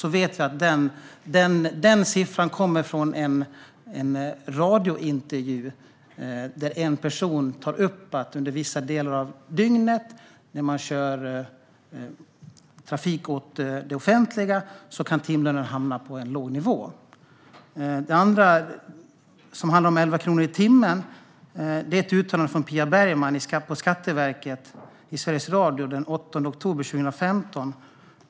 Vi vet att den ena siffran kommer från en radiointervju, där en person tar upp att under vissa delar av dygnet när man kör trafik åt det offentliga kan timlönen hamna på en låg nivå. Den andra siffran, 11 kronor i timmen, kommer från ett uttalande av Pia Bergman på Skatteverket i Sveriges Radio den 8 oktober 2015.